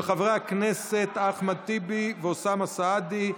של חברי הכנסת אחמד טיבי ואוסאמה סעדי.